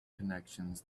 connections